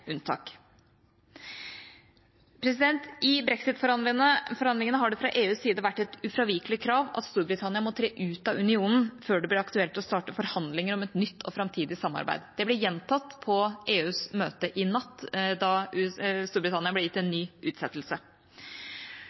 I brexit-forhandlingene har det fra EUs side vært et ufravikelig krav at Storbritannia må tre ut av unionen før det blir aktuelt å starte forhandlinger om et nytt og framtidig samarbeid. Det ble gjentatt på EUs møte i natt da Storbritannia ble gitt en ny utsettelse.